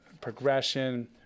progression